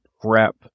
prep